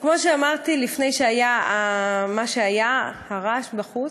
כמו שאמרתי לפני שהיה מה שהיה, הרעש בחוץ,